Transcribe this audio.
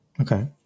Okay